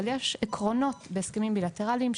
אבל יש עקרונות בהסכמים בילטרליים,